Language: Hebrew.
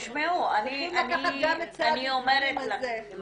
צריך לקחת גם את סד הזמנים הזה.